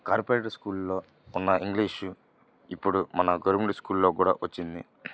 corporate స్కూల్లో ఉన్న English ఇప్పుడు మన గవర్నమెంట్ స్కూల్లో కూడా వచ్చింది